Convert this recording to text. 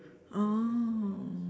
oh